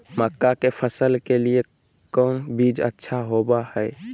मक्का के फसल के लिए कौन बीज अच्छा होबो हाय?